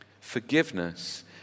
Forgiveness